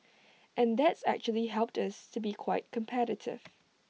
and that's actually helped us to be quite competitive